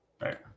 Right